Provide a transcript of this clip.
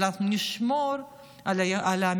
אבל אנחנו נשמור על המיעוט,